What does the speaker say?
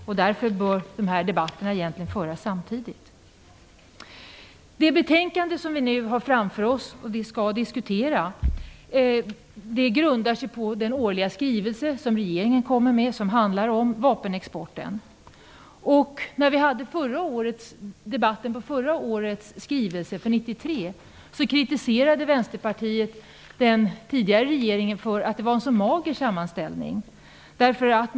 Därför bör de här debatterna egentligen föras samtidigt. Det betänkande som vi nu diskuterar grundar sig på den årliga skrivelse från regeringen som handlar om vapenexporten. När vi förde debatten om förra årets skrivelse kritiserade Vänsterpartiet den tidigare regeringen för att sammanställningen var så mager.